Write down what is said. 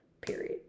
period